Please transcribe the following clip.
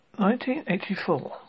1984